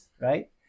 right